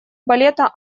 балета